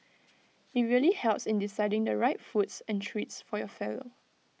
IT really helps in deciding the right foods and treats for your fellow